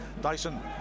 Dyson